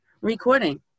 recording